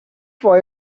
for